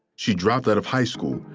she dropped out of high school,